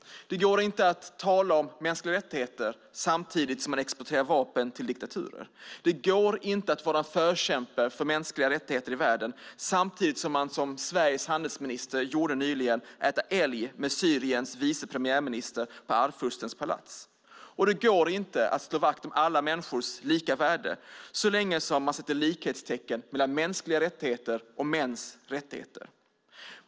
Det går inte att tala om mänskliga rättigheter samtidigt som man exporterar vapen till diktaturer. Det går inte att vara en förkämpe för mänskliga rättigheter i världen samtidigt som man, som Sveriges handelsminister gjorde nyligen, äter älg med Syriens vice premiärminister i Arvfurstens palats. Det går inte att slå vakt om alla människors lika värde så länge som man sätter likhetstecken mellan mänskliga rättigheter och mäns rättigheter.